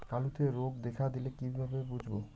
আলুতে রোগ দেখা দিলে কিভাবে বুঝবো?